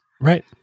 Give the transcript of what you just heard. Right